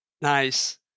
Nice